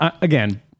again